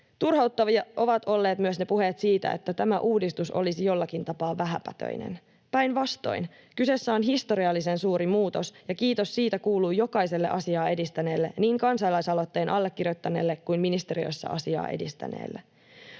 Turhauttavia ovat olleet myös puheet siitä, että tämä uudistus olisi jollakin tapaa vähäpätöinen. Päinvastoin kyseessä on historiallisen suuri muutos, ja kiitos siitä kuuluu jokaiselle asiaa edistäneelle, niin kansalaisaloitteen allekirjoittaneelle kuin ministeriössä asiaa edistäneelle.